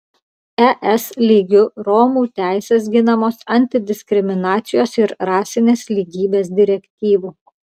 es lygiu romų teisės ginamos antidiskriminacijos ir rasinės lygybės direktyvų